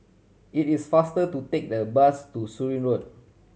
it is faster to take the bus to Surin Road